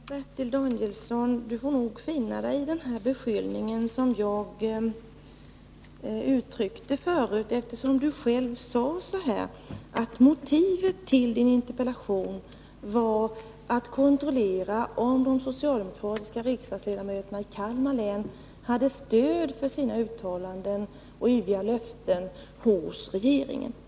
Fru talman! Bertil Danielsson får nog finna sig i den beskyllning som jag uttryckte förut, eftersom han själv sade att motivet för hans interpellation var att kontrollera om de socialdemokratiska riksdagsledamöterna i Kalmar län hade stöd för sina uttalanden och övriga löften hos regeringen.